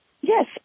yes